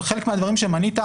חלק מהדברים שמנית,